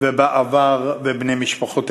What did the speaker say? אנחנו בישראל נשבענו